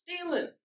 stealing